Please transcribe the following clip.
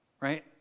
right